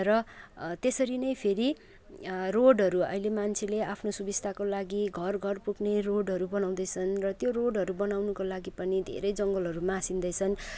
र त्यसरी नै फेरि रोडहरू अहिले मान्छेले आफ्नो सुबिस्ताको लागि घर घर पुग्ने रोडहरू बनाउँदैछन् र त्यो रोडहरू बनाउनुको लागि पनि धेरै जङ्गलहरू मासिँदैछन्